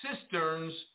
cisterns